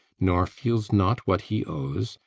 nor feels not what he owes,